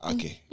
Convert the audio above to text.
Okay